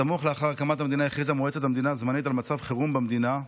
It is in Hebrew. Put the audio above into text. סמוך לאחר הקמת המדינה הכריזה מועצת המדינה הזמנית על מצב חירום במדינה.